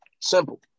simple